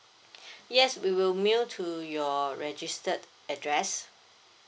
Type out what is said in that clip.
yes we will mail to your registered address